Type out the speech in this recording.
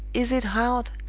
is it hard,